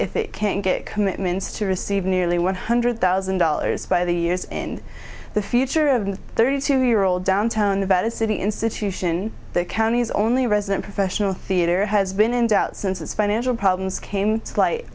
if it can get commitments to receive nearly one hundred thousand dollars by the us in the future of the thirty two year old downtown about a city institution the county's only resident professional theatre has been in doubt since its financial problems came to light